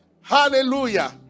Hallelujah